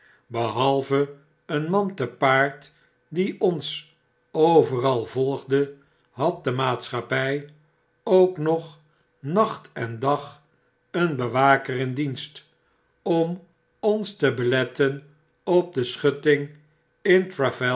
behalve een man te paard dieonsweralvolgde had de maatschappij ook nog nacht en dag een bewaker in dienst om ons te beletten op de schutting